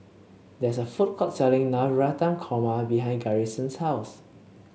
there is a food court selling Navratan Korma behind Garrison's house